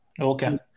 Okay